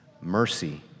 mercy